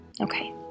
Okay